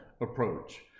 Approach